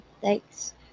Thanks